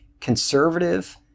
conservative